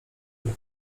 mnie